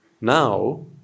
Now